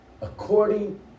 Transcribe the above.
according